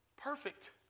perfect